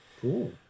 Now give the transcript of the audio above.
Cool